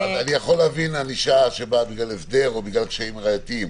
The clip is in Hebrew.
אני יכול להבין ענישה שבאה בגלל הסדר או בגלל קשיים ראייתיים,